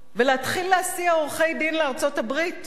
ולהתחיל להסיע עורכי-דין לארצות-הברית,